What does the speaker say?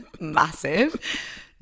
massive